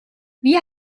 wie